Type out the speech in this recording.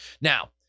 Now